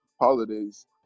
holidays